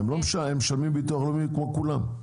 הם משלמים ביטוח לאומי כמו כולם.